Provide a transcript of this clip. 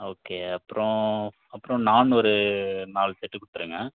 okay அப்புறோம் அப்புறோம் நாண் ஒரு நால் செட்டு கொடுத்துருங்க